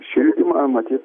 šildymą matyt